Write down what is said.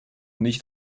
nicht